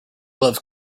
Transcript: loves